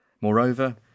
Moreover